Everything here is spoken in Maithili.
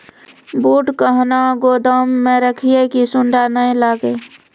बूट कहना गोदाम मे रखिए की सुंडा नए लागे?